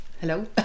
hello